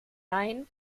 laien